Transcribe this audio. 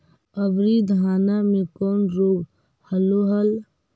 अबरि धाना मे कौन रोग हलो हल?